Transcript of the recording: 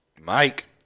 Mike